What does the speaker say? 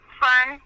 fun